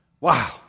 Wow